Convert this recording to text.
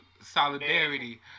Solidarity